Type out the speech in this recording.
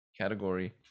category